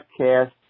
podcast